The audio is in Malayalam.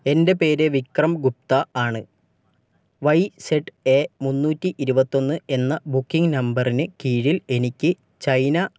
എൻ്റെ പേര് വിക്രംഗുപ്ത ആണ് വൈ ഇസഡ് എ മുന്നൂറ്റി ഇരുപത്തിയൊന്ന് എന്ന ബുക്കിംഗ് നമ്പറിന് കീഴിൽ എനിക്ക് ചൈന